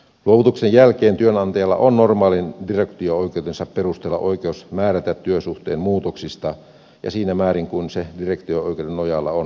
luovutuksen jälkeen työnantajalla on normaalin direktio oikeutensa perusteella oikeus määrätä työsuhteen muutoksista siinä määrin kuin se direktio oikeuden nojalla on sallittua